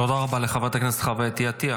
תודה רבה לחברת הכנסת חוה אתי עטייה.